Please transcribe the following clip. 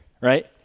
right